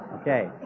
Okay